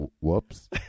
Whoops